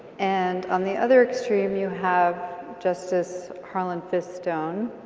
and on the other extreme you have justice harlan fiske stone,